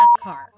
car